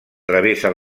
travessa